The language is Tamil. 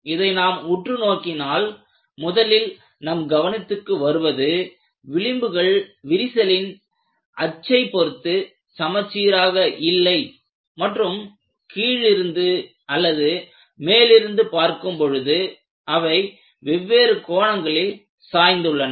இதை நாம் உற்றுநோக்கினால் முதலில் நம் கவனத்திற்கு வருவது விளிம்புகள் விரிசலின் அச்சை பொருத்து சமச்சீராக இல்லை மற்றும் கீழிருந்து அல்லது மேலிருந்து பார்க்கும் பொழுது அவை வெவ்வேறு கோணங்களில் சாய்ந்துள்ளன